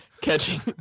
catching